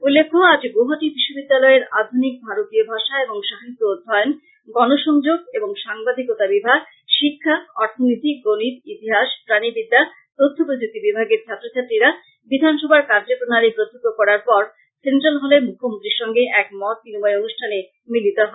উল্লেখ্য যে আজ গৌহাটি বিশ্ববিদ্যালয়ের আধুনিক ভারতীয় ভাষা এবং সাহিত্য অধ্যয়ন গণসংযোগ এবং সাংবাদিকতা বিভাগ শিক্ষা অর্থনীতি গণিত ইতিহাস প্রাণিবিদ্যা তথ্য প্রযুক্তি বিভাগের ছাত্র ছাত্রীরা বিধানসভার কার্য প্রণালী প্রত্যক্ষ্য করার পর সেন্ট্রাল হলে মুখ্যমন্ত্রীর সঙ্গে এক মত বিনিময় অনুষ্ঠানে মিলিত হয়